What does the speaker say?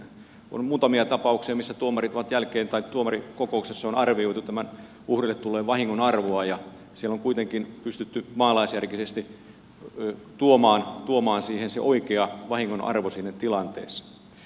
on muutamia tapauksia missä tuomarit ovat jälkeen tai tuomarin tuomarikokouksessa on arvioitu tämän uhrille tulleen vahingon arvoa ja siellä on kuitenkin pystytty maalaisjärkisesti tuomaan siihen se oikea vahingon arvo siinä tilanteessa